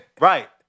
Right